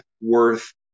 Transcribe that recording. worth